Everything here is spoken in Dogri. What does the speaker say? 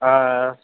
आंआं